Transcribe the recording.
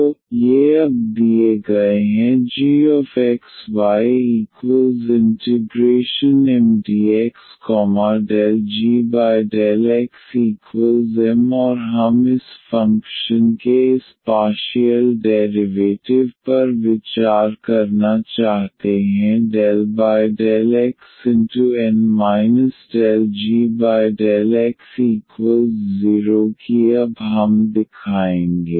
तो ये अब दिए गए हैं gxy∫Mdx ∂g∂xM और हम इस फ़ंक्शन के इस पार्शियल डेरिवेटिव पर विचार करना चाहते हैं ∂xN ∂g∂y0 कि अब हम दिखाएंगे